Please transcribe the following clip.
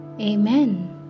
Amen